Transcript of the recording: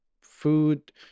food